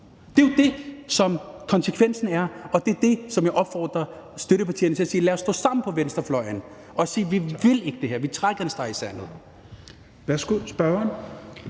Det er jo det, som konsekvensen er, og det er der, jeg opfordrer støttepartierne til at sige: Lad os stå sammen på venstrefløjen og sige, at vi ikke vil det her; vi trækker en streg i sandet.